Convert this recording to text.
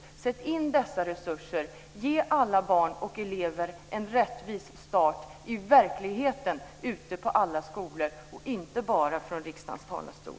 Sätt in dessa resurser! Ge alla barn och elever en rättvis start - i verkligheten, ute på alla skolor, inte bara från riksdagens talarstol!